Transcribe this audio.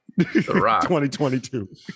2022